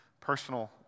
personal